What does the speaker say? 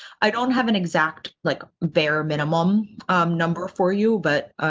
i don't have an exact like bare minimum number for you. but,